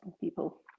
people